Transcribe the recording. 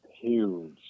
Huge